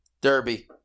Derby